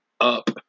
up